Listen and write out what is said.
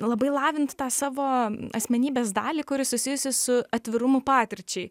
labai lavinti tą savo asmenybės dalį kuri susijusi su atvirumu patirčiai